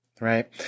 Right